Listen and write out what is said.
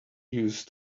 used